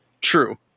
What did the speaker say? true